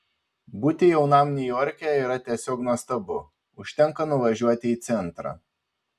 būti jaunam niujorke yra tiesiog nuostabu užtenka nuvažiuoti į centrą